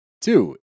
two